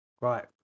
Right